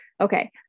okay